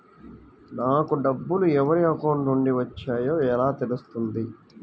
నాకు డబ్బులు ఎవరి అకౌంట్ నుండి వచ్చాయో ఎలా తెలుస్తుంది?